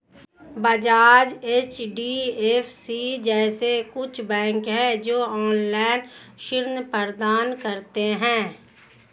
बजाज, एच.डी.एफ.सी जैसे कुछ बैंक है, जो ऑनलाईन ऋण प्रदान करते हैं